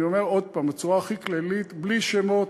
אני אומר עוד הפעם בצורה הכי כללית, בלי שמות.